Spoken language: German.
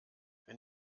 wenn